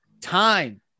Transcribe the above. time